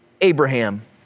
Abraham